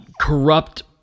corrupt